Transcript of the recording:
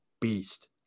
beast